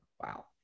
Wow